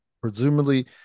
presumably